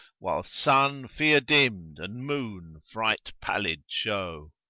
while sun fear-dimmed and moon fright-pallid show.